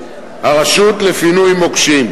הרשות לפינוי מוקשים.